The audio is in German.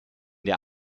der